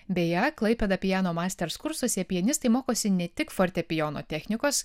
beje klaipėda piano masters kursuose pianistai mokosi ne tik fortepijono technikos